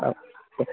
औ दे